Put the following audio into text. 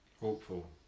hopeful